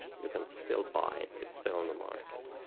you can still buy it. it's still on the market.